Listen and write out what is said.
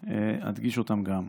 ואדגיש אותן גם.